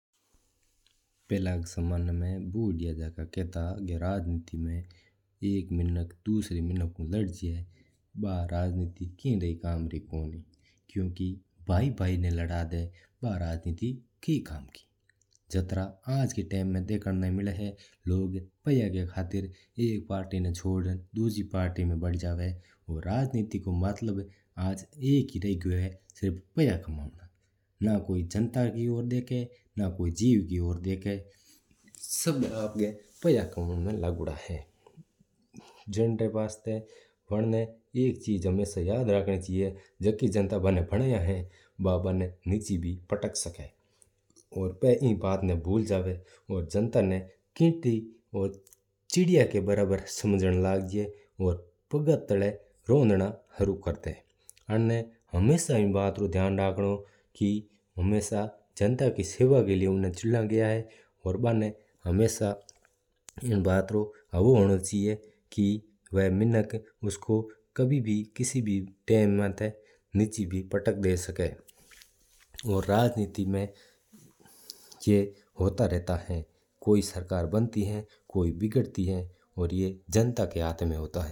पहला का जमाना में बुढ़्या कहता हां कि राजनीति में एक मिणक दूसरा मिणक ऊ लड़ जवा। बा राजनीति किणा ही कम्म री कोनी क्युकि भाई भाई ना लड़ देवा बा राजनीति की कम की। जातरा आज का टाइम में देखण मिल्ला है कि लोग पायां री खातिर एक पार्टी ना छोड़ण डूजी पार्टी में बड्ड जवा है और। राजनीति रू एक्क ही मतलब रहगू है बू है पायां कमवना ना की जनता रे सेवा करनो और ना ही कोई कार्य करवणो। बस अपना जब भरणी ऊ एक ही सिद्धांत है राजनीति रू।